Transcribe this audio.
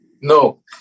No